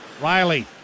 Riley